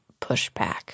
pushback